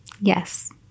Yes